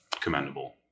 commendable